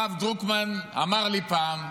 הרב דרוקמן אמר לי פעם,